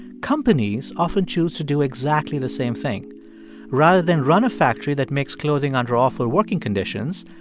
companies often choose to do exactly the same thing rather than run a factory that makes clothing under awful working conditions,